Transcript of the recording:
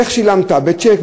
איך שילמת, בצ'ק?